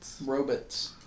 Robots